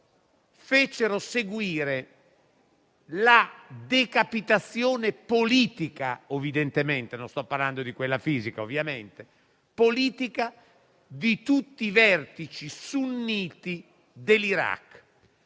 fecero seguire la decapitazione politica - ovviamente non sto parlando di quella fisica - di tutti i vertici sunniti dell'Iraq.